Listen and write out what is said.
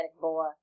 boy